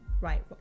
right